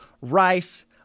rice